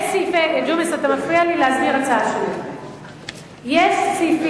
זה לא חוק הבחירות, זה חוק-יסוד: הכנסת.